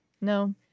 No